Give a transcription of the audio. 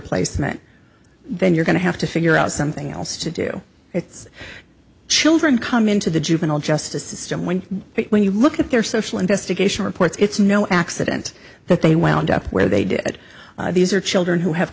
placement then you're going to have to figure out something else to do it's children come into the juvenile justice system when they when you look at their social investigation reports it's no accident that they wound up where they did these are children who have